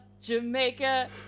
Jamaica